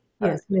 yes